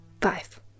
Five